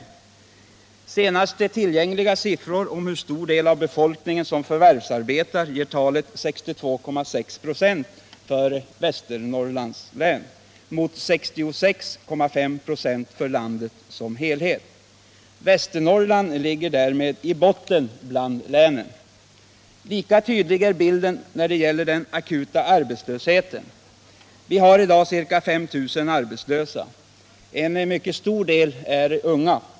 De senast tillgängliga siffrorna på hur stor del av befolkningen som förvärvsarbetar är 62,6 26 för Västernorrlands län mot 66,5 96 för landet som helhet. Västernorrland ligger därmed i botten bland länen. Lika tydlig är bilden när det gäller den akuta arbetslösheten. Vi har i dag ca 5 000 arbetslösa. En mycket stor del är unga.